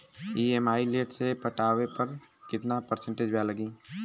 EMI late से पटावे पर कितना परसेंट ब्याज लगी?